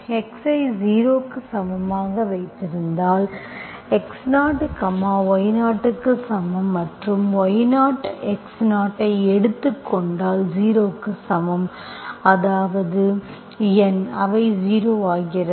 x ஐ 0 க்கு சமமாக வைத்திருந்தால் x0y0 க்கு சமம் மற்றும் x0y0 ஐ எடுத்துக் கொண்டால் 0 க்கு சமம் அதாவது N அவை 0 ஆகிறது